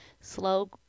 slow